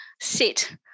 sit